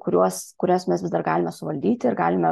kuriuos kurias mes vis dar galime suvaldyti ir galime